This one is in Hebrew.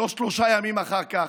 לא שלושה ימים אחר כך.